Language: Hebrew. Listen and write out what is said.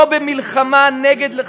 לא במלחמה נגד,